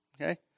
okay